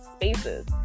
spaces